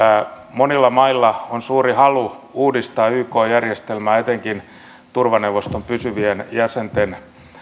monilla mailla on suuri halu uudistaa yk järjestelmää etenkin turvaneuvoston pysyvien jäsenten